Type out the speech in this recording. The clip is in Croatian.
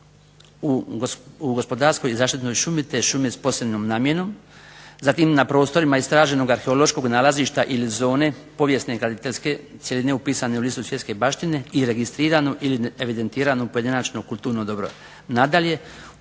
u gospodarskoj i zaštitnoj šumi te šumi s posebnom namjenom, zatim na prostorima istraženog arheološkog nalazišta ili zone, povijesne graditeljske upisane u listu svjetske baštine i registriranu ili evidentirano pojedinačno kulturno dobro.